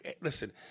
Listen